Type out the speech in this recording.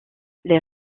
les